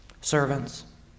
servants